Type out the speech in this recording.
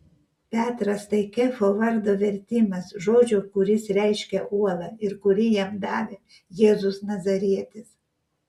petras tai kefo vardo vertimas žodžio kuris reiškia uolą ir kurį jam davė jėzus nazarietis